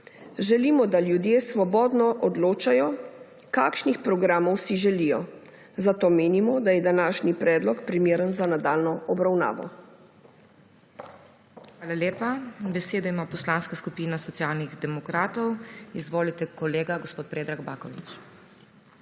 Želimo, da ljudje svobodno odločajo, kakšnih programov si želijo, zato menimo, da je današnji predlog primeren za nadaljnjo obravnavo. PODPREDSEDNICA MAG. MEIRA HOT: Hvala lepa. Besedo ima Poslanska skupina Socialnih demokratov. Izvolite, kolega gospod Predrag Baković.